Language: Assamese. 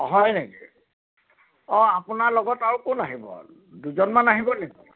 অঁ হয় নেকি অঁ আপোনাৰ লগত আৰু কোন আহিব আৰু দুজনমান আহিব নেকি